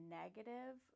negative